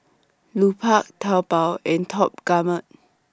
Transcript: Lupark Taobao and Top Gourmet